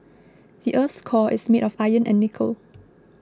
the earth's core is made of iron and nickel